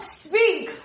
speak